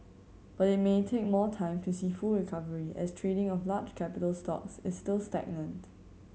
but it may take more time to see full recovery as trading of large capital stocks is still stagnant